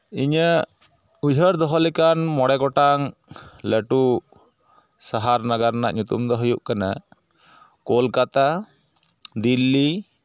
ᱤᱧᱟᱹᱜ ᱩᱭᱦᱟᱹᱨ ᱫᱚᱦᱚ ᱞᱮᱠᱟᱱ ᱢᱚᱬᱮ ᱜᱚᱴᱟᱝ ᱞᱟᱹᱴᱩ ᱥᱟᱦᱟᱨ ᱱᱟᱜᱟᱨ ᱨᱮᱱᱟᱜ ᱧᱩᱛᱩᱢ ᱫᱚ ᱦᱩᱭᱩᱜ ᱠᱟᱱᱟ ᱠᱳᱞᱠᱟᱛᱟ ᱫᱤᱞᱞᱤ